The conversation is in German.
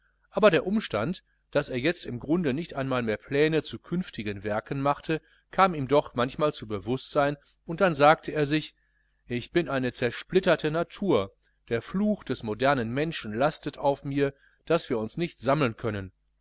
aber der umstand daß er jetzt im grunde nicht einmal mehr pläne zu künftigen werken machte kam ihm doch manchmal zum bewußtsein und dann sagte er sich ich bin eine zersplitterte natur der fluch des modernen menschen lastet auf mir daß wir uns nicht sammeln können